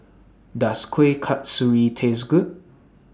Does Kuih Kasturi Taste Good